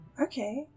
Okay